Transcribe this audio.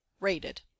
rated